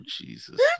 Jesus